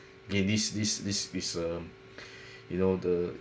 in this this this this um you know the